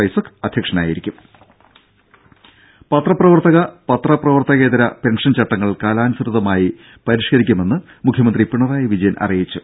രുര പത്രപ്രവർത്തക പത്രപ്രവർത്തേകതര പെൻഷൻ ചട്ടങ്ങൾ കാലാനുസൃതമായി പരിഷ്കരിക്കുമെന്ന് മുഖ്യമന്ത്രി പിണറായി വിജയൻ അറിയിച്ചു